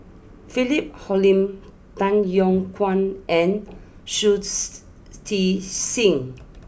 Philip Hoalim Tay Yong Kwang and Shui Tit sing